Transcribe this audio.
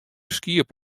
skiep